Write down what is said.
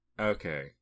Okay